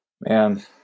Man